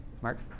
Mark